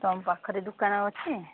ତୁମ ପାଖରେ ଦୋକାନ ଆଉ ଅଛି